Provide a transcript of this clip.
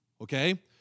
okay